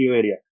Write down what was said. area